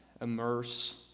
Immerse